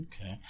Okay